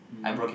mm